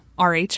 Rh